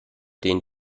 den